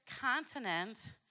continent